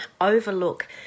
overlook